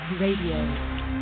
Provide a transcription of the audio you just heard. Radio